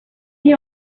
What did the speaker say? see